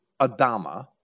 Adama